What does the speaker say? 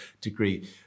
degree